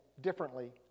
differently